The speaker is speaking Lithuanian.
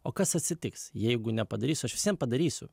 o kas atsitiks jeigu nepadarysiu aš visvien padarysiu